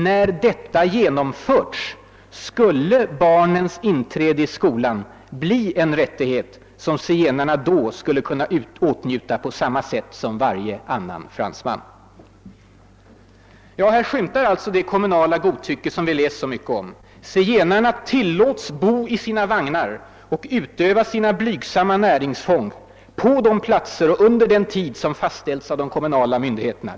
När detta genomförts skulle barnens inträde i skolan bli en rättighet som zigenarna då skulle kunna åtnjuta på samma sätt som varje annan fransman.» Här skymtar det kommunala godtycke som vi läst så mycket om: Zigenarna »tillåts bo i sina vagnar och utöva sina blygsamma näringsfång på de platser och under den tid som fastställts av de kommunala myndigheterna».